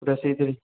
ପୁରା ସେଇଥିରେ